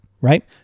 right